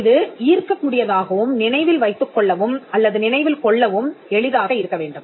இது ஈர்க்கக் கூடியதாகவும் நினைவில் வைத்துக் கொள்ளவும் அல்லது நினைவில் கொள்ளவும் எளிதாக இருக்கவேண்டும்